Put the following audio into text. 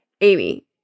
Amy